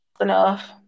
enough